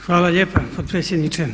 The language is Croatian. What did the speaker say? Hvala lijepa potpredsjedniče.